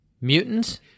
mutants